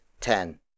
ten